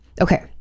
okay